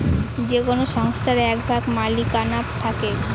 যে কোনো সংস্থার এক ভাগ মালিকানা থাকে